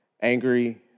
Angry